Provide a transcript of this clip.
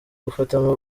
gufatamo